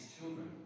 children